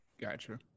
Gotcha